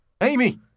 Amy